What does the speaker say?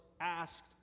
asked